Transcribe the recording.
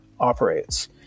operates